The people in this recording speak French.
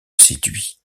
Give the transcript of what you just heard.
séduit